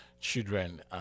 children